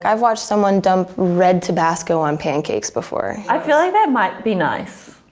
i've watched someone dump red tabasco on pancakes before. i feel like that might be nice.